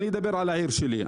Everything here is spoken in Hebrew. אני מדבר על העיר שלי.